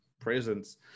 presence